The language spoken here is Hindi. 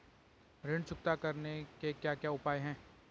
ऋण चुकता करने के क्या क्या उपाय हैं?